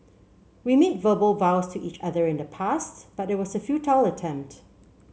we made verbal vows to each other in the past but it was a futile attempt